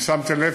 אם שמתם לב,